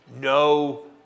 no